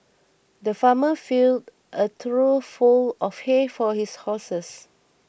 the farmer filled a trough full of hay for his horses